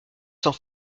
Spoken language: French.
sans